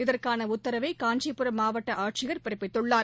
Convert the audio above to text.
இதற்கான உத்தரவை காஞ்சிபுரம் மாவட்ட ஆட்சியர் பிறப்பித்துள்ளார்